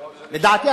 לדעתי,